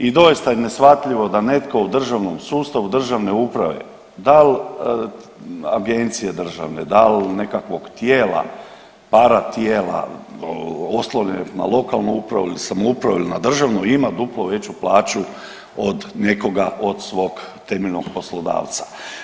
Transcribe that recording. I doista je neshvatljivo da netko u državnom sustavu, sustavu državne uprave dal' agencije državne, dal' nekakvog tijela, para tijela oslonjen na lokalnu upravu ili samoupravu ili na državnu ima duplo veću plaću od nekoga od svog temeljnog poslodavca.